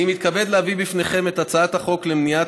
אני מתכבד להביא בפניכם את הצעת החוק למניעת